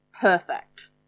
perfect